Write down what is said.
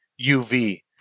UV